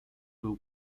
był